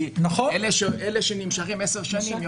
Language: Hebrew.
אלה שנמשכים עשר שנים,